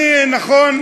נכון,